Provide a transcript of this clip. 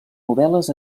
novel·les